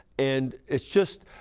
and it's just,